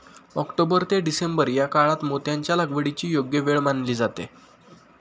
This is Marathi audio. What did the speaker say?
ऑक्टोबर ते डिसेंबर या काळात मोत्यांच्या लागवडीची योग्य वेळ मानली जाते